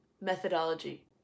methodology